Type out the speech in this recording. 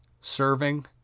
serving